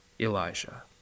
Elijah